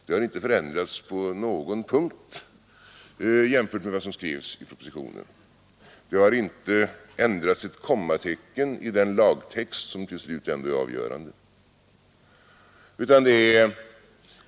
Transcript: Förändringar har inte skett på någon punkt jämfört med vad som står i propositionen. Inte ett kommatecken har ändrats i den lagtext som till slut ändå är avgörande.